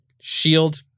Shield